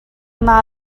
naa